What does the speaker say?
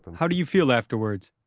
how do you feel afterwards?